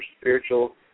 spiritual